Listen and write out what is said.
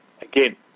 again